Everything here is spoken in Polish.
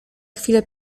chwilę